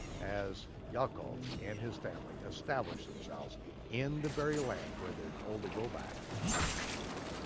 as yaakov and his family establish themselves in the very land where they're told to go back and remain there.